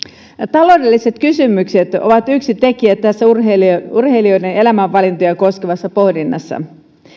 taloudelliset kysymykset ovat yksi tekijä tässä urheilijoiden elämänvalintoja koskevassa pohdinnassa